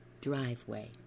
driveway